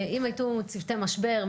אם היו צוותי משבר,